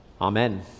Amen